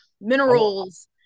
minerals